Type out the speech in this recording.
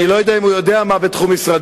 אני לא יודע אם הוא יודע מה בתחום למשרדו.